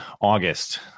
august